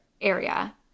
area